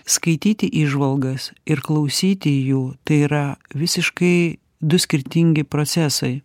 skaityti įžvalgas ir klausyti jų tai yra visiškai du skirtingi procesai